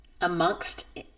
amongst